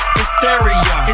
hysteria